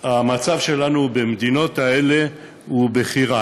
המצב שלנו לעומת המצב במדינות האלה הוא בכי רע: